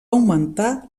augmentar